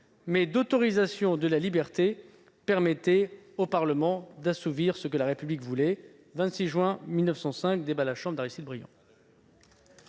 mais d'autorisation de la liberté, permettait au Parlement d'assouvir ce que la République voulait.